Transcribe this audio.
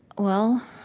well,